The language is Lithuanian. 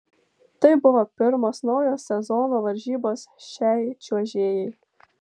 tai buvo pirmos naujo sezono varžybos šiai čiuožėjai